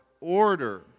order